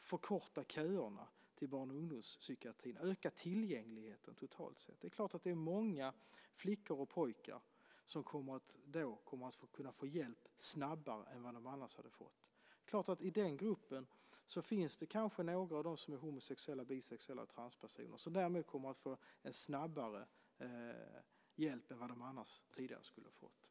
förkorta köerna till barn och ungdomspsykiatrin och öka tillgängligheten totalt sett. Det är många flickor och pojkar som då kommer att kunna få hjälp snabbare än vad de annars hade fått. I den gruppen finns det kanske några som är homosexuella, bisexuella och transpersoner och som därmed kommer att få en snabbare hjälp än vad de tidigare har fått.